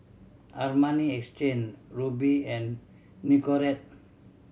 Armani Exchange Rubi and Nicorette